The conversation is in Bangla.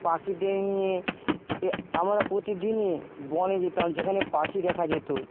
পাখিদের নিয়ে এ আমরা প্রতিদিনই বনে যেতাম যেখানে পাখি দেখা যেত